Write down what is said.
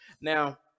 Now